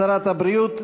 שרת הבריאות,